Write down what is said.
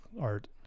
art